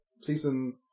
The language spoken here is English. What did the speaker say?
season